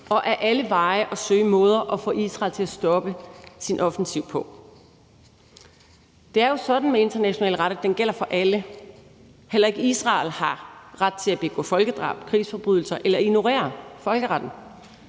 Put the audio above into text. og ad alle veje at søge måder at få Israel til at stoppe sin offensiv på. Det er jo sådan med international ret, at den gælder for alle. Heller ikke Israel har ret til at begå folkedrab, krigsforbrydelser eller ignorere folkeretten